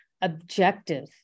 objective